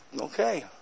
okay